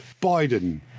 Biden